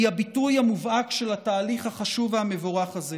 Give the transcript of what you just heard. היא הביטוי המובהק של התהליך החשוב והמבורך הזה.